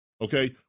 Okay